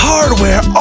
Hardware